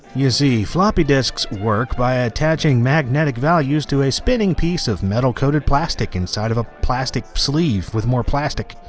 you see, floppy disks work by attaching magnetic values to a spinning piece of metal coated plastic inside of a plastic sleeve with more plastic.